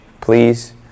please